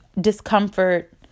discomfort